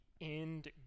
end